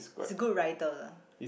he's a good writer lah